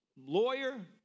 Lawyer